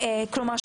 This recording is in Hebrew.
כלומר,